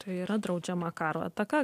tai yra draudžiama karo ataka